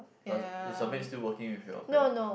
plus is your maid still working with your parent